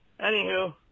Anywho